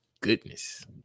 goodness